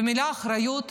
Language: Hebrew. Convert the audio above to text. למילה "אחריות"